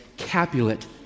Capulet